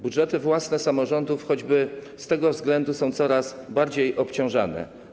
Budżety własne samorządów choćby z tego względu są coraz bardziej obciążane.